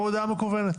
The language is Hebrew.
גם הודעה מקוונת.